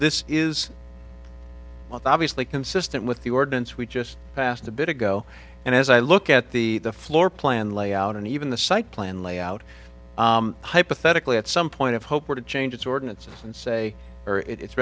this is obviously consistent with the ordinance we just passed a bit ago and as i look at the floor plan layout and even the site plan layout hypothetically at some point of hope were to change its ordinances and say it's